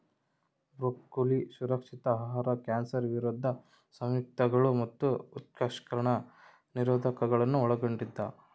broccoli ಸುರಕ್ಷಿತ ಆಹಾರ cancer ವಿರೋಧಿ ಸಂಯುಕ್ತಗಳು ಮತ್ತು ಉತ್ಕರ್ಷಣ ನಿರೋಧಕಗುಳ್ನ ಒಳಗೊಂಡಿದ